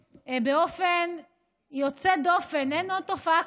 קוראים לזה אפשריבריא,